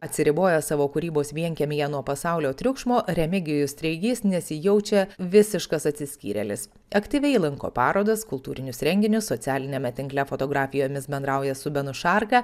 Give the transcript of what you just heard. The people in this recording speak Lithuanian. atsiribojęs savo kūrybos vienkiemyje nuo pasaulio triukšmo remigijus treigys nesijaučia visiškas atsiskyrėlis aktyviai lanko parodas kultūrinius renginius socialiniame tinkle fotografijomis bendrauja su benu šarka